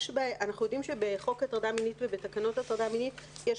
אנחנו יודעים שבחוק הטרדה מינית ובתקנות הטרדה מינית יש